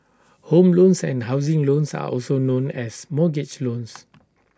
home loans and housing loans are also known as mortgage loans